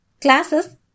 classes